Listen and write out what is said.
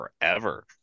forever